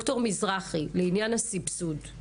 לעניין הסבסוד,